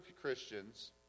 Christians